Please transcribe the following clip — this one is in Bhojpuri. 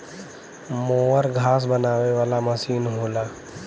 मोवर घास बनावे वाला मसीन होला